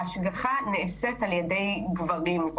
ההשגחה נעשית רוב הזמן על ידי גברים.